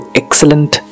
excellent